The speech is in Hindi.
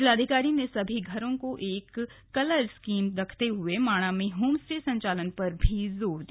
जिलाधिकारी ने सभी घरों को एक कलर स्कीम रखते हुए माणा में होम स्टे संचालन पर भी जोर दिया